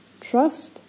trust